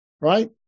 right